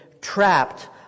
trapped